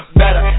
better